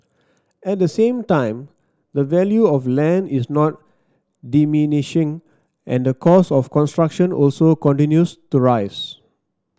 at the same time the value of land is not diminishing and the cost of construction also continues to rise